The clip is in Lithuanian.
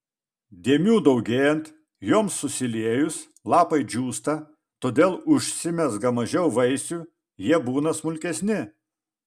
dėmių daugėjant joms susiliejus lapai džiūsta todėl užsimezga mažiau vaisių jie būna smulkesni